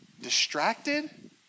distracted